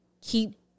Keep